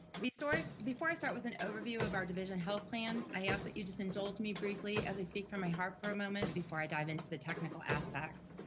before before i start with an overview of our division health plan, i ask that you just indulge me briefly, as i speak from my heart for a moment before i dive into the technical aspects.